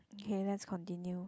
K let's continue